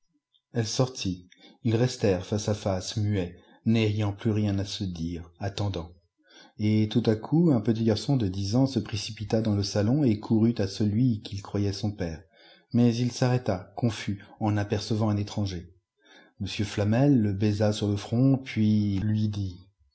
elle sortit ils restèrent face à face muets n'ayant plus rien à se dire attendant et tout à coup un petit garçon de dix ans se précipita dans le salon et courut à celui qu'il croyait son père mais il s'arrêta confus en apercevant un étranger m flamel le baisa sur le front puis lui dit